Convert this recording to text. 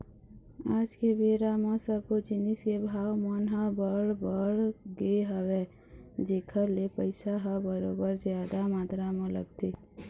आज के बेरा म सब्बो जिनिस के भाव मन ह बड़ बढ़ गे हवय जेखर ले पइसा ह बरोबर जादा मातरा म लगथे